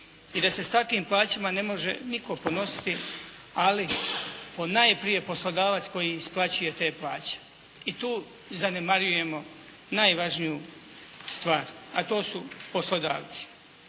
i da se s takvim plaćama ne može nitko ponositi ali ponajprije poslodavac koji isplaćuje te plaće. I tu zanemarujemo najvažniju stvar a to su poslodavci